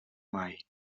mai